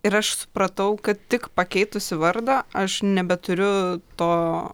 ir aš supratau kad tik pakeitusi vardą aš nebeturiu to